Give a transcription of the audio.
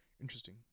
Interesting